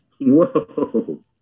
Whoa